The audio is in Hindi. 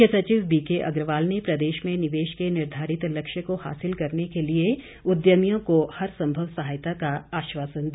मुख्य सचिव बीके अग्रवाल ने प्रदेश में निवेश के निर्धारित लक्ष्य को हासिल करने के लिए उद्यमियों को हरसंभव सहायता का आश्वासन दिया